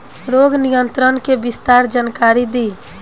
रोग नियंत्रण के विस्तार जानकारी दी?